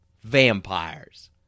vampires